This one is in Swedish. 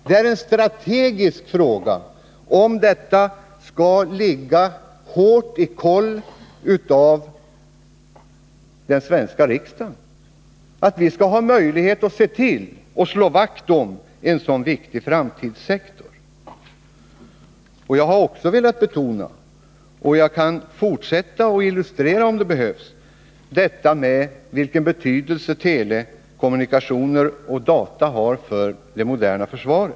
Det är en strategisk fråga, om detta skall ligga under hård kontroll av den svenska riksdagen för att vi skall ha möjlighet att slå vakt om denna viktiga framtidssektor. Jag har också velat betona, och jag kan fortsätta att illustrera det om det behövs, vilken betydelse telekommunikationer och data har för det moderna försvaret.